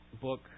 book